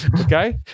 Okay